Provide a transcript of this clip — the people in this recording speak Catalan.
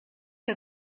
que